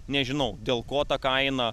nežinau dėl ko ta kaina